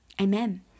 amen